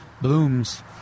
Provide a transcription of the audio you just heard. blooms